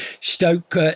Stoke